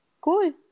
cool